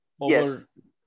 Yes